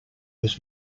was